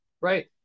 right